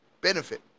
benefit